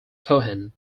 cohen